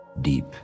deep